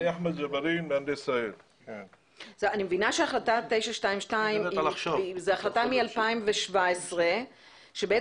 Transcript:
אני מבינה שהחלטה 922 היא החלטה מ-2017 כאשר בעצם